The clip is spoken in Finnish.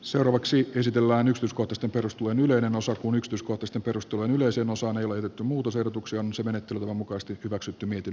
seuraavaksi käsitellä nyt uskotusta perustuen ylönen osaa kun ykstyskokoisten perustuvan yleisönosa on voitettu muutosehdotuksensa menettely on mukasti hyväksytty miten